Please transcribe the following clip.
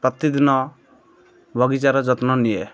ପ୍ରତିଦିନ ବଗିଚାର ଯତ୍ନ ନିଏ